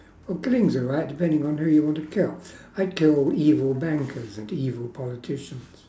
well killing's alright depending on who you want to kill I'd kill evil bankers and evil politicians